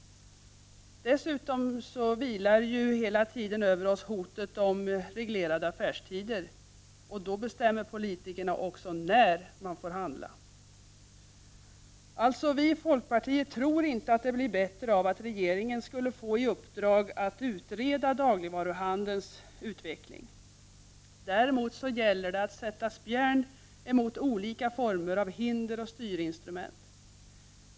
Dessutom har vi hela tiden hotet om reglerade affärstider vilande över oss. Då bestämmer politikerna också när man får handla. Vi i folkpartiet tror alltså inte att något blir bättre av att regeringen skulle få i uppdrag att utreda dagligvaruhandelns utveckling. Däremot gäller det att sätta spjärn mot olika former av hinder och styrinstrument.